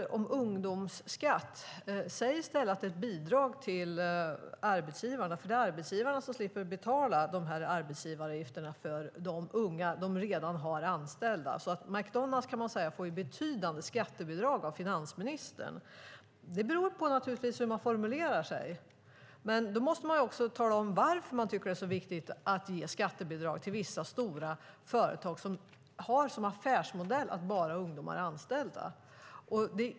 Säg i stället att det är ett bidrag till arbetsgivarna, för det är arbetsgivarna som slipper betala arbetsgivaravgifter för de unga de redan har anställda. McDonalds kan man säga får betydande skattebidrag av finansministern. Det beror naturligtvis på hur man formulerar sig, men då måste man också tala om varför man tycker att det är så viktigt att ge skattebidrag till vissa stora företag som har som affärsmodell att ha bara ungdomar anställda.